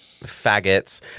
faggots